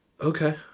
Okay